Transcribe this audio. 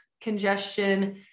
congestion